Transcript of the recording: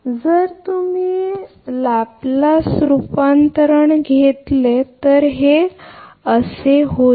जर तुम्ही लॅप्लेस रूपांतरण घेतले तर ते असे होईल